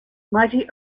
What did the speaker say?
mighty